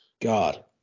God